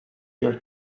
your